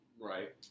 right